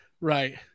right